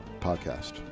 podcast